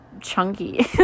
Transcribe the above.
chunky